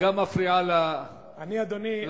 וגם מפריעה לנואם.